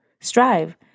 strive